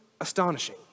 astonishing